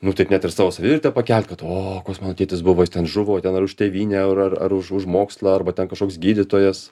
nu taip net ir savo savivertę pakelt kad o koks mano tėtis buvo jis ten žuvo ten ar už tėvynę ar ar ar už už mokslą arba ten kažkoks gydytojas